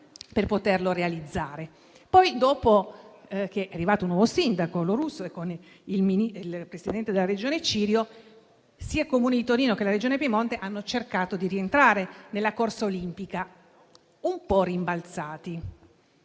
Poi, dopo che è arrivato il nuovo sindaco Lo Russo e con il presidente della Regione Cirio, sia il Comune di Torino che la regione Piemonte hanno cercato di rientrare nella corsa olimpica, un po' rimbalzati.